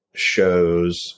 shows